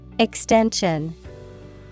extension